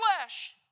flesh